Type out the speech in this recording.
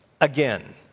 again